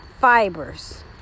fibers